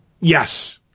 yes